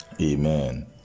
Amen